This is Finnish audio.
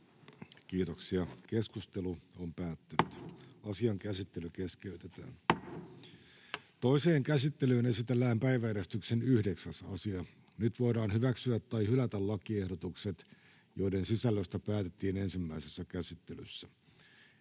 sekä siihen liittyviksi laeiksi Time: N/A Content: Toiseen käsittelyyn esitellään päiväjärjestyksen 9. asia. Nyt voidaan hyväksyä tai hylätä lakiehdotukset, joiden sisällöstä päätettiin ensimmäisessä käsittelyssä.